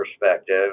perspective